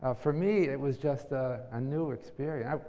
ah for me, it was just ah a new experience.